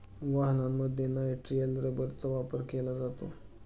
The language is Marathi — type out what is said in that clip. वाहनांमध्ये नायट्रिल रबरचा वापर केला जातो